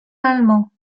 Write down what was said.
l’allemand